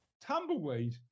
Tumbleweed